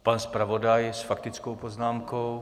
Pan zpravodaj s faktickou poznámkou.